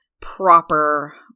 proper